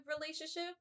relationship